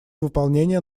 выполнения